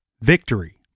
Victory